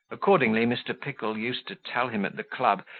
accordingly mr. pickle used to tell him at the club,